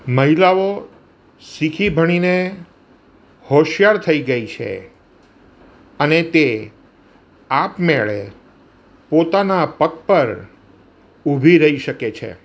મહિલાઓ શીખી ભણીને હોશિયાર થઈ ગઈ છે અને તે આપમેળે પોતાના પગ પર ઊભી રઈ શકે છે